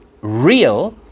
real